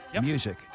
music